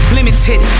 Limited